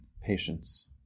patience